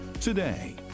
today